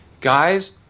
guys